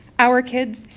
our kids,